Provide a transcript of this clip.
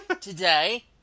Today